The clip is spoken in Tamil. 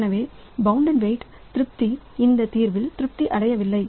எனவேபவுண்டட் வெயிட் திருப்தி இந்த தீர்வில் திருப்தி அடையவில்லை